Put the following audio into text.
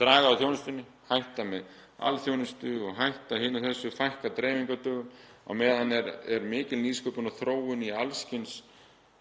draga úr þjónustunni, hætta með alþjónustu og hætta hinu og þessu, fækka dreifingardögum. Á meðan er mikil nýsköpun og þróun í alls kyns